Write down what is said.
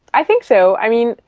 i think so. i mean,